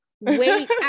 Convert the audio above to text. Wait